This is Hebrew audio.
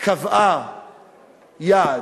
קבעה יעד,